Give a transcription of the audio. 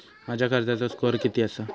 माझ्या कर्जाचो स्कोअर किती आसा?